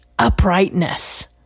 Uprightness